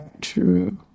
true